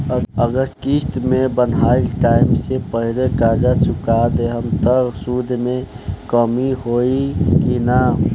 अगर किश्त के बनहाएल टाइम से पहिले कर्जा चुका दहम त सूद मे कमी होई की ना?